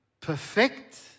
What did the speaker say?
perfect